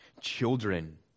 children